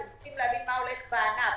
אתם צריכים להבין מה הולך בענף